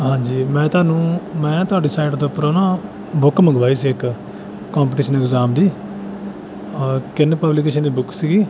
ਹਾਂਜੀ ਮੈਂ ਤੁਹਾਨੂੰ ਮੈਂ ਤੁਹਾਡੀ ਸਾਈਟ ਦੇ ਉੱਪਰੋਂ ਨਾ ਬੁੱਕ ਮੰਗਵਾਈ ਸੀ ਇੱਕ ਕੰਪਟੀਸ਼ਨ ਇਗਜ਼ਾਮ ਦੀ ਕਿਰਨ ਪਬਲੀਕੇਸ਼ਨ ਦੀ ਬੁੱਕ ਸੀਗੀ